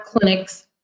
clinics